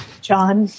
John